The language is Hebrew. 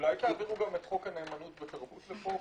אולי תעבירו גם את חוק הנאמנות בתרבות לפה,